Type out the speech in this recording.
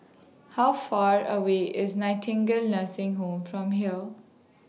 How Far away IS Nightingale Nursing Home from here